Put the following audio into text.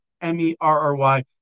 M-E-R-R-Y